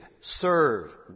serve